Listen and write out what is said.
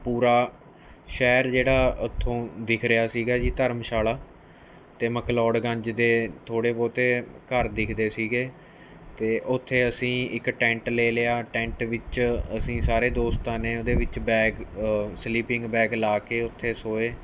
ਪੂਰਾ ਸ਼ਹਿਰ ਜਿਹੜਾ ਉਥੋਂ ਦਿਖ ਰਿਹਾ ਸੀ ਜੀ ਧਰਮਸ਼ਾਲ਼ਾ ਅਤੇ ਮਕਲੋੜਗੰਜ ਦੇ ਥੋੜੇ ਬਹੁਤੇ ਘਰ ਦਿਖਦੇ ਸੀ ਅਤੇ ਉੱਥੇ ਅਸੀਂ ਇੱਕ ਟੈਂਟ ਲੈ ਲਿਆ ਟੈਂਟ ਵਿੱਚ ਅਸੀਂ ਸਾਰੇ ਦੋਸਤਾਂ ਨੇ ਉਹਦੇ ਵਿੱਚ ਬੈਗ ਸਲੀਪਿੰਗ ਬੈਗ ਲਾ ਕੇ ਉੱਥੇ ਸੋਏ